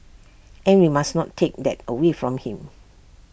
and we must not take that away from him